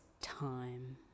time